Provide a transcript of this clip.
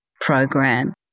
program